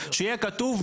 שיהיה כתוב,